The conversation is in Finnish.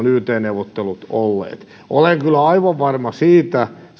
yt neuvottelut olleet olen kyllä aivan varma siitä